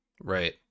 Right